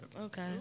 Okay